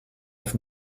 oft